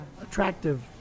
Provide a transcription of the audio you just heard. attractive